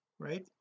right